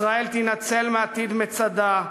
ישראל תינצל מעתיד מצדה,